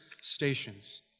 stations